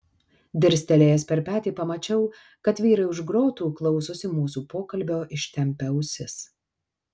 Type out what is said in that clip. dirstelėjęs per petį pamačiau kad vyrai už grotų klausosi mūsų pokalbio ištempę ausis